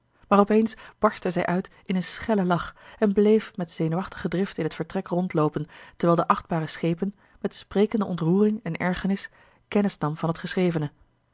op eens barstte zij uit in een schellen lach en bleef met zenuwachtige drift in het vertrek rondloopen terwijl de achtbare schepen met sprekende ontroering en ergernis kennis nam van het geschrevene